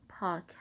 podcast